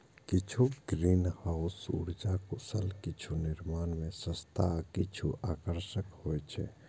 किछु ग्रीनहाउस उर्जा कुशल, किछु निर्माण मे सस्ता आ किछु आकर्षक होइ छै